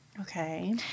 Okay